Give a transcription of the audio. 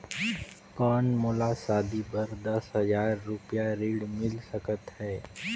कौन मोला शादी बर दस हजार रुपिया ऋण मिल सकत है?